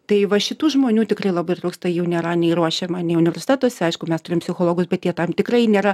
tai va šitų žmonių tikrai labai trūksta jų nėra nei ruošiama nei universitetuose aišku mes turim psichologus bet jie tam tikrai nėra